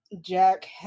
Jack